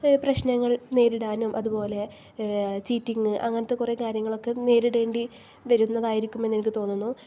പ്രശ്നങ്ങൾ നേരിടാനും അതുപോലെ ചീറ്റിങ്ങ് അങ്ങനത്തെ കുറെ കാര്യങ്ങളൊക്കെ നേരിടേണ്ടി വരുന്നതായിരിക്കും എന്നെനിക്ക് തോന്നുന്നു